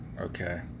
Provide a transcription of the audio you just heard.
Okay